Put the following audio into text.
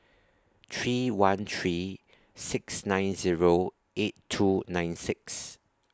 three one three six nine Zero eight two nine six